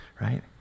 right